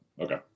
okay